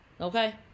Okay